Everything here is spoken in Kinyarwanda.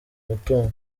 umutungo